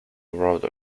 wrote